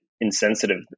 insensitive